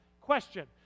Question